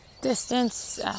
distance